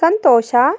ಸಂತೋಷ